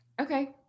Okay